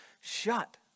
shut